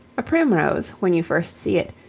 a primrose, when you first see it,